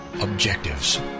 objectives